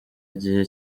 igihe